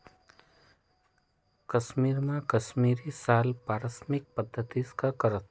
काश्मीरमा काश्मिरी शाल पारम्पारिक पद्धतकन करतस